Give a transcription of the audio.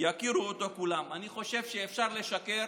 שיכירו כולם: אני חושב שאפשר לשקר